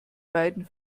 beiden